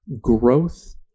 growth